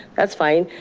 that's fine,